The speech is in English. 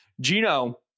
gino